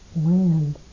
land